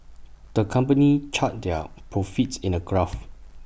the company charted their profits in A graph